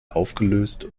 aufgelöst